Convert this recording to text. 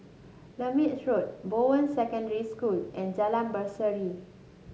Lermit Road Bowen Secondary School and Jalan Berseri